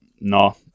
no